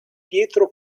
pietro